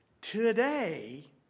today